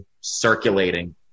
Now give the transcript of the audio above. circulating